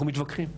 אנחנו מתווכחים.